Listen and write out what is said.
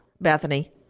Bethany